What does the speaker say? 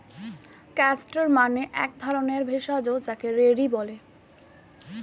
castor মানে এক ধরণের ভেষজ যাকে রেড়ি বলে